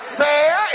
fair